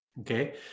Okay